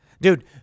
Dude